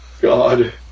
God